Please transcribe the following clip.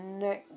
next